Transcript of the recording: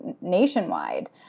nationwide